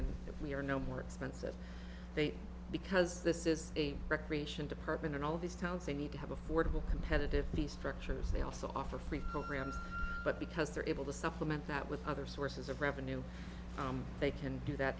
and if we're no more expensive they because this is a recreation department and all these towns they need to have affordable competitive the structures they also offer free programs but because they're able to supplement that with other sources of revenue they can do that